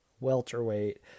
welterweight